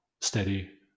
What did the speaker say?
steady